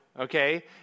Okay